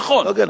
נכון.